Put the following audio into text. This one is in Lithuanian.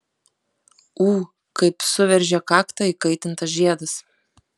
ū kaip suveržė kaktą įkaitintas žiedas